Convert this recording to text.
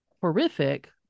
horrific